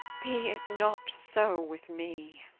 be it not so with me!